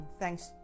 thanks